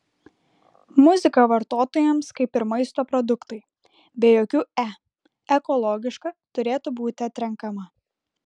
muzika vartotojams kaip ir maisto produktai be jokių e ekologiška turėtų būti atrenkama